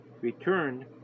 returned